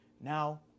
Now